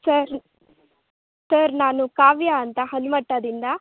sir sir ನಾನು ಕಾವ್ಯ ಅಂತ ಹನುಮಟ್ಟದಿಂದ